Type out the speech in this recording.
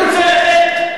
אני רוצה לתת,